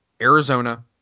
Arizona